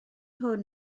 hwn